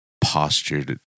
postured